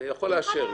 הוא יוכל להיענות.